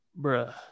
Bruh